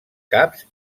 caps